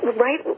right